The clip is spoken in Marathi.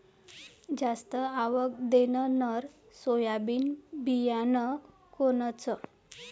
जास्त आवक देणनरं सोयाबीन बियानं कोनचं?